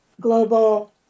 Global